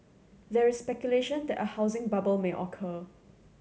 there is speculation that a housing bubble may occur